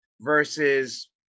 versus